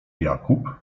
jakub